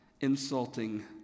insulting